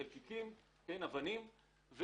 לאבנים,